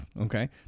Okay